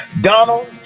Donald